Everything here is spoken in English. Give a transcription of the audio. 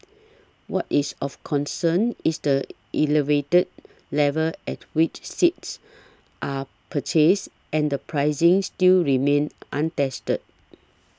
what is of concern is the elevated level at which seats are purchased and the pricing still remains untested